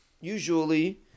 usually